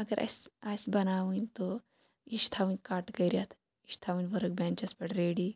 اگر اسہِ آسہِ بَناوٕنۍ تہٕ یہِ چھِ تھاوٕنۍ کَٹ کٔرِتھ یہِ چھِ تھاوٕنۍ ؤرٕک بینٛچَس پٮ۪ٹھ ریڈی